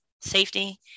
safety